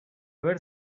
ver